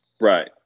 Right